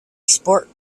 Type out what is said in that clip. sport